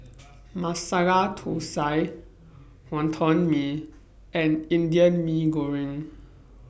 Masala Thosai Wonton Mee and Indian Mee Goreng